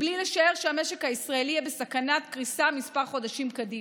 בלי לשער שהמשק הישראלי יהיה בסכנת קריסה כמה חודשים קדימה.